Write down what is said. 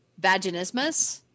vaginismus